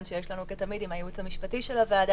שיש לנו כתמיד עם הייעוץ המשפטי של הוועדה,